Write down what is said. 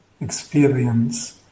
experience